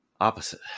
Opposite